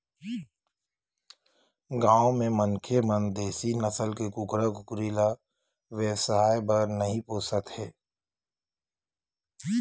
गाँव के मनखे मन देसी नसल के कुकरा कुकरी ल बेवसाय बर नइ पोसत हे